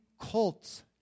cults